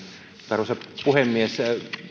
arvoisa puhemies